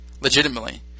legitimately